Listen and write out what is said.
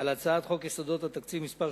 על הצעת חוק יסודות התקציב (מס'